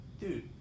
dude